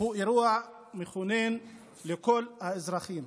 הוא אירוע מכונן לכל האזרחים.